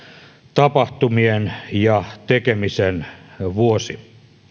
tapahtumien ja tekemisen vuosi